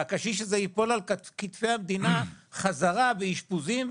והקשיש הזה ייפול על כתפי המדינה חזרה באשפוזים,